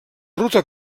ruta